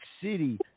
City